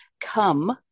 come